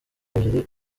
ebyiri